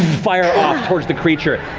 fire off towards the creature,